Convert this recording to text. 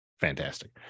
fantastic